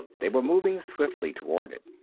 they were moving swiftly toward it.